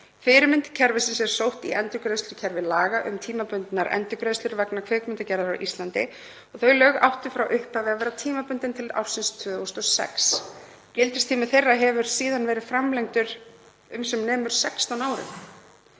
Fyrirmynd kerfisins er sótt í endurgreiðslukerfi laga um tímabundnar endurgreiðslur vegna kvikmyndagerðar á Íslandi. Þau lög áttu frá upphafi að vera tímabundin til ársins 2006. Gildistími þeirra hefur síðan verið framlengdur um sem nemur 16 árum.